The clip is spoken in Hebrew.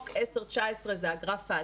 זה הגרף הירוק,